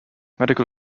medical